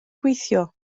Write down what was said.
gweithio